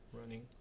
running